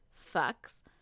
fucks